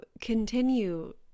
continue